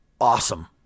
awesome